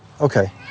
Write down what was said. okay